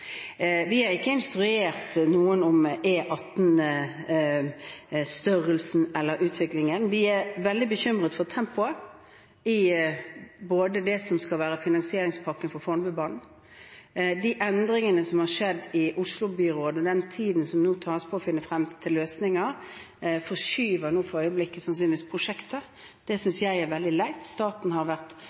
Vi har ikke instruert noen om E18-størrelsen eller -utviklingen. Vi er veldig bekymret for tempoet i det som skal være finansieringspakken for Fornebubanen. De endringene som har skjedd i Oslo-byrådet, og den tiden det nå tar å finne frem til løsninger, forskyver for øyeblikket sannsynligvis prosjektet. Det synes jeg er veldig leit. Staten har vært